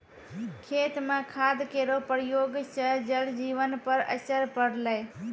खेत म खाद केरो प्रयोग सँ जल जीवन पर असर पड़लै